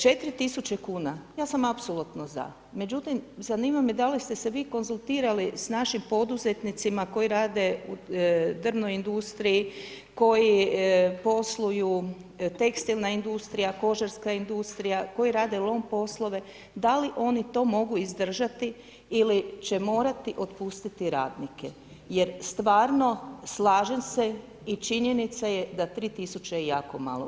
4000 kuna, ja sam apsolutno za međutim zanima me da li ste vi konzultirali sa našim poduzetnicima koji rade u drvna industriji, koji posluju, tekstilna industrija, kožarska industrija, koji rade lom poslove, da li oni to mogu izdržati ili će morati otpustiti radnike jer stvarno slažem se i činjenica je da 3000 je jako malo.